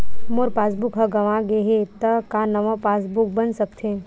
मोर passbook ह गंवा गे हे त का नवा पास बुक बन सकथे?